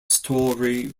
story